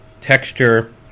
texture